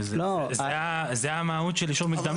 זו המהות של אישור מקדמי.